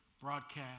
broadcast